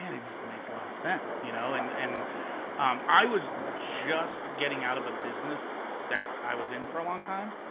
he just makes a lot of sense. you know, and and um i was just getting out of the business that i was in for a long time.